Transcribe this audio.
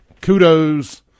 Kudos